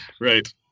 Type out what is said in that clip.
Right